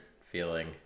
feeling